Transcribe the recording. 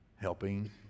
helping